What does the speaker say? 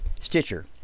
Stitcher